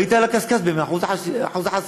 והיית על הקשקש באחוז החסימה.